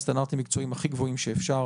סטנדרטים מקצועיים הכי גבוהים שאפשר.